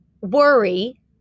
worry